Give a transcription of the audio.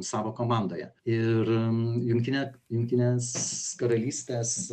savo komandoje ir jungtinė jungtinės karalystės